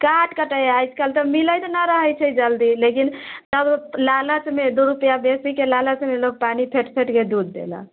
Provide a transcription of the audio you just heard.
का करतै आइ काल्हि तऽ मिलैत नहि रहै छै जल्दी लेकिन सभ लालचमे दू रुपैआ बेसीके लालचमे लोग पानि फेट फेटके दूध देलक